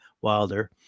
Wilder